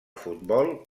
futbol